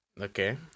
Okay